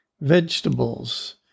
Vegetables